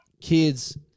kids